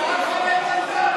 מה הפלתם,